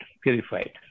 purified